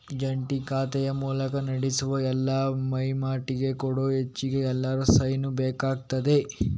ಜಂಟಿ ಖಾತೆಯ ಮೂಲಕ ನಡೆಸುವ ಎಲ್ಲಾ ವೈವಾಟಿಗೆ ಕೂಡಾ ಹೆಚ್ಚಾಗಿ ಎಲ್ಲರ ಸೈನು ಬೇಕಾಗ್ತದೆ